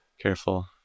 careful